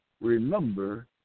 remember